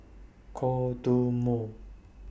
Kodomo